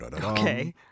Okay